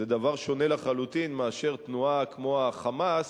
זה דבר שונה לחלוטין מאשר תנועה כמו ה"חמאס",